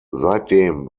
seitdem